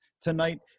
tonight